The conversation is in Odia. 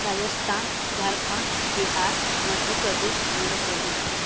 ରାଜସ୍ଥାନ ଝାରଖଣ୍ଡ ବିହାର ମଧ୍ୟପ୍ରଦେଶ ଆନ୍ଧ୍ରପ୍ରଦେଶ